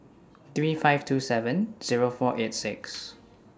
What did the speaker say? three five two seven Zero four eight six